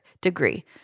degree